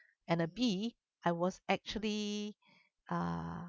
and a B I was actually uh